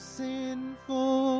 sinful